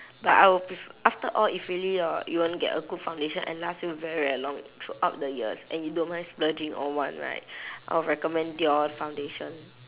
but I will pref~ after all if really hor you wanna get a very good foundation and last you very very long throughout the years and you don't mind splurging on one right I will recommend dior foundation